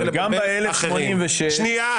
גם ב-1,086 -- שנייה,